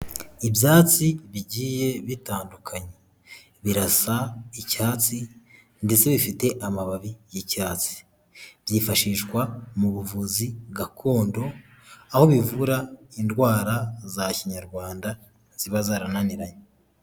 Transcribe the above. Ibyatsi bigiye bitandukanye birasa icyatsi ndetse bifite amababi y'icyatsi byifashishwa mu buvuzi gakondo aho bivura indwara za kinyarwanda ziba zarananiranye.